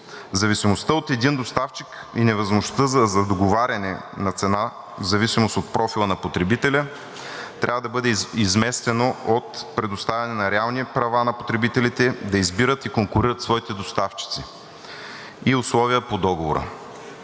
Зависимостта от един доставчик и невъзможността за договаряне на цена в зависимост от профила на потребителя, трябва да бъде изместен от предоставяне на реални права на потребителите да избират и конкурират своите доставчици и условия по договора.